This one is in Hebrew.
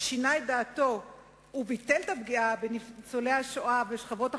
שינה את דעתו וביטל את הפגיעה בניצולי השואה ובשכבות החלשות,